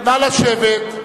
נא לשבת.